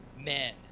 men